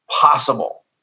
possible